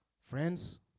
Friends